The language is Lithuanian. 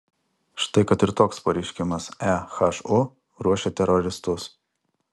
štai kad ir toks pareiškimas ehu ruošia teroristus